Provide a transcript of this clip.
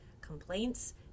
complaints